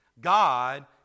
God